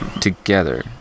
together